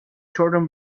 jordan